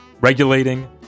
regulating